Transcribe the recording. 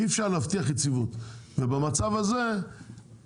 אי אפשר להבטיח יציבות ובמצב הזה המחירים